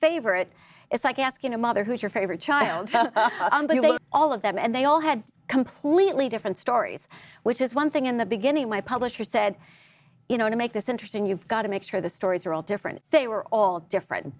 favorite it's like asking a mother who's your favorite child all of them and they all had completely different stories which is one thing in the beginning my publisher said you know to make this interesting you've got to make sure the stories are all different they were all different